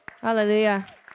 Hallelujah